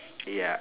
ya